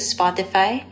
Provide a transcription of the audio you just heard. Spotify